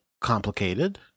complicated